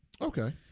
Okay